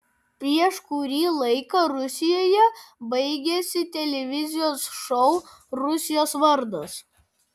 prieš kurį laiką rusijoje baigėsi televizijos šou rusijos vardas